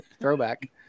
throwback